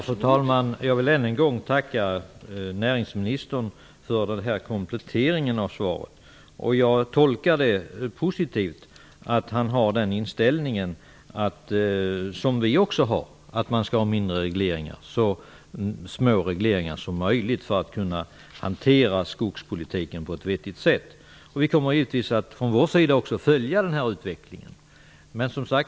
Fru talman! Jag vill än en gång tacka näringsministern för hans komplettering av svaret. Jag tolkar det positivt, dvs. att han liksom vi vill ha så små regleringar som möjligt för att kunna hantera skogspolitiken på ett vettigt sätt. Vi kommer givetvis också från vår sida att följa denna utveckling.